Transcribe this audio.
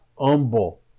humble